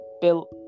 built